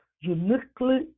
uniquely